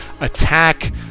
attack